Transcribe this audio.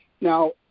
Now